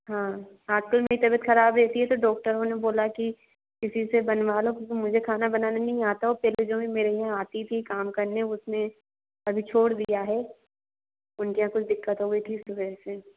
हाँ आजकल मेरी तबियत खराब रहती है तो डॉक्टरों ने बोला कि किसी से बनवा लो क्योंकि मुझे खाना बनाना नहीं आता और पहले जो भी मेरे यहाँ आती थी काम करने उसने अभी छोड़ दिया है उनके यहाँ कुछ दिक्कत हो गई थी इस वजह से